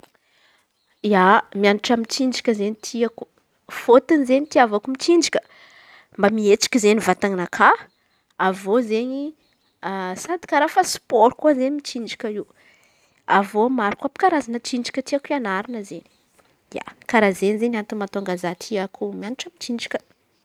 Ia, mianatra mitsinjaky izen̈y tiako fôtony izen̈y tiavako mitsinjaka mba mihetsiky izen̈y vatanakà. Avy eo izen̈y sady karà fa sipôro koa izen̈y mitsinjaka avy eo maro koa karazan̈a tsinjaka tsy ampianarina. Karà zeny mahatonganakà tia mianatra mitsinjaka io.